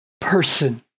person